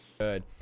Good